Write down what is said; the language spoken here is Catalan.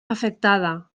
afectada